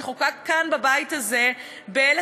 שחוקק כאן בבית הזה ב-1980.